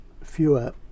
fewer